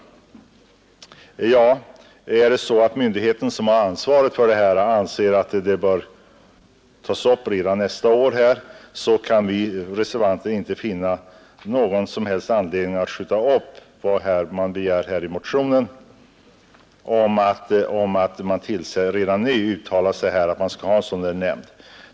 Är det så att den ansvariga myndigheten anser att förberedelserna för nästa folkoch bostadsräkning bör sättas i gång redan nästa år, kan vi reservanter inte finna någon som helst anledning att skjuta upp ett beslut om en sådan parlamentarisk grupp som har begärts i motionen.